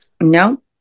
No